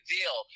Deal